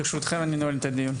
ברשותכם, אני נועל את הדיון.